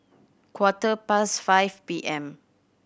quarter past five P M